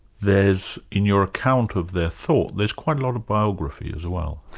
there's in your account of their thought, there's quite a lot of biography as well?